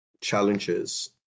challenges